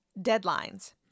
deadlines